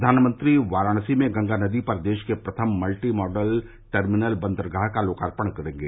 प्रवानमंत्री वाराणसी में गंगा नदी पर देश के प्रथम मल्टी मॉडल टर्मिनल बंदरगाह का लोकार्पण करेंगे